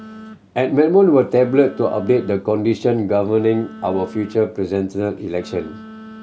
amendment were tabled to update the condition governing our future Presidential Election